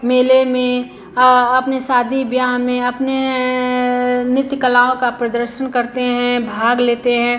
मेले में अपने शादी ब्याह में अपने नृत्य कलाओं का प्रदर्शन करते हैं भाग लेते हैं